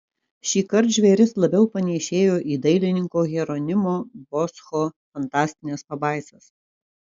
šįkart žvėris labiau panėšėjo į dailininko hieronimo boscho fantastines pabaisas